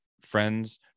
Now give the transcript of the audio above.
friends